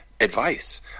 advice